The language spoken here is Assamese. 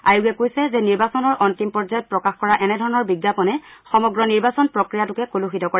আয়োগে কৈছে যে নিৰ্বাচনৰ অন্তিম পৰ্যায়ত প্ৰকাশ কৰা এনেধৰণৰ বিজ্ঞাপনে সমগ্ৰ নিৰ্বাচন প্ৰক্ৰিয়াটোকে কলুষিত কৰে